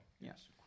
Yes